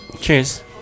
Cheers